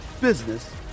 business